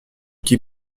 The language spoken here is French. qui